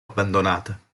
abbandonata